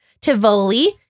Tivoli